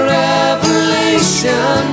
revelation